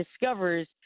discovers